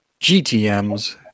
GTM's